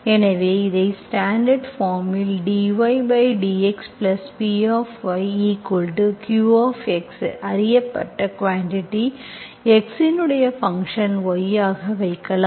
எனவே அதை ஸ்டாண்டர்ட் பார்ம்இல் dydx Px yq அறியப்பட்ட குவான்டிட்டி x இன் ஃபங்க்ஷன் y ஆக வைக்கலாம்